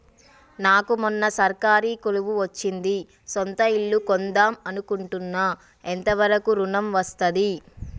నాకు మొన్న సర్కారీ కొలువు వచ్చింది సొంత ఇల్లు కొన్దాం అనుకుంటున్నా ఎంత వరకు ఋణం వస్తది?